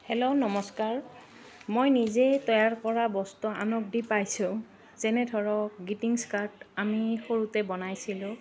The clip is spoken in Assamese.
হেল্ল' নমস্কাৰ মই নিজেই তৈয়াৰ কৰা বস্তু আনক দি পাইছোঁ যেনে ধৰক গিটিংছ কাৰ্ড আমি সৰুতে বনাইছিলোঁ